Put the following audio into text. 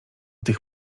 tych